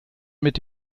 mit